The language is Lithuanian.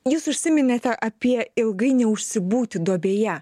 jūs užsiminėte apie ilgai neužsibūti duobėje